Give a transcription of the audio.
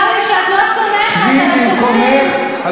צר לי שאינך מכירה בעקרון